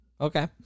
Okay